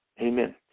Amen